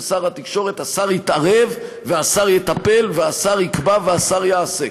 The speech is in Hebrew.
שר התקשורת: השר יתערב והשר יטפל והשר יקבע והשר יעשה,